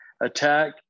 attack